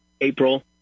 April